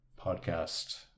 podcast